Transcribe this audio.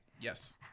Yes